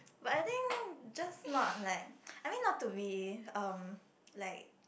but I think just not like I mean not to be um like